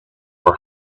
were